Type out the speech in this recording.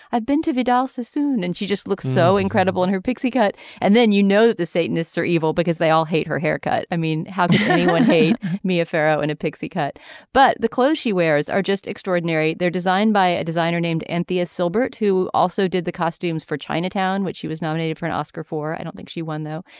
i've been to vidal sassoon and she just looks so incredible and her pixie cut and then you know the satanists are evil because they all hate her haircut. i mean how could anyone hate mia farrow and a pixie cut but the clothes she wears are just extraordinary. they're designed by a designer named anthea silbert who also did the costumes for chinatown which she was nominated for an oscar for i don't think she won though.